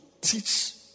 teach